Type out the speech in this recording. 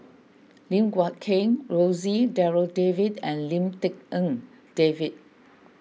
Lim Guat Kheng Rosie Darryl David and Lim Tik En David